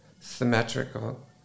symmetrical